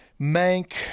mank